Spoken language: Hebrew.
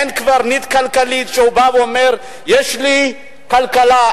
אין קברניט כלכלי שבא ואומר: יש לי כלכלה,